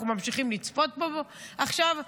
אנחנו ממשיכים לצפות בו עכשיו.